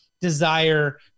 desire